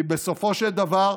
כי בסופו של דבר,